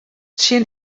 tsjin